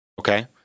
Okay